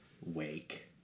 wake